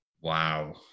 Wow